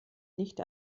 nicht